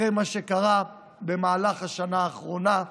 אחרי מה שקרה במהלך השנה האחרונה.